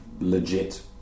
legit